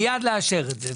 מייד לאשר את זה.